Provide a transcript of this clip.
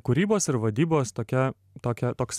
kūrybos ir vadybos tokia tokia toks